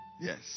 Yes